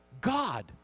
God